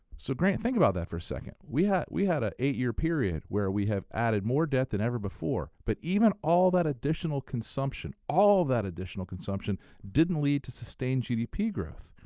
so grant, think about that for a second. we had we had an eight-year period where we have added more debt than ever before, but even all that additional consumption, all of that additional consumption didn't lead to sustained gdp growth.